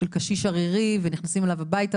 של קשיש ערירי ונכנסים אליו הביתה